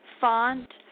font